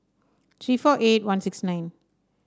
three four eight one six nine